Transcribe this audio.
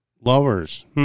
lowers